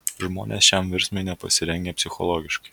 žmonės šiam virsmui nepasirengę psichologiškai